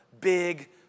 big